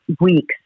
weeks